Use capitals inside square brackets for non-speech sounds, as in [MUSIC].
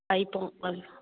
[UNINTELLIGIBLE]